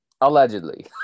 allegedly